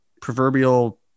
proverbial